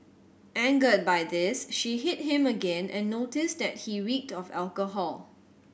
angered by this she hit him again and noticed that he reeked of alcohol